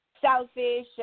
selfish